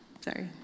sorry